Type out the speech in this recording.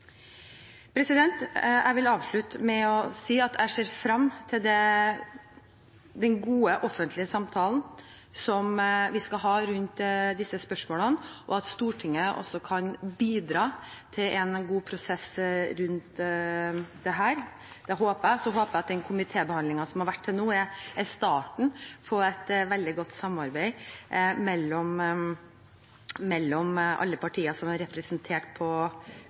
Jeg vil avslutte med å si at jeg ser fram til den gode offentlige samtalen som vi skal ha rundt disse spørsmålene, og jeg håper Stortinget kan bidra til en god prosess rundt dette. Så håper jeg at komitébehandlingen som har vært til nå, er starten på et veldig godt samarbeid mellom alle partier som er representert på